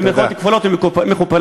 במירכאות כפולות ומכופלות.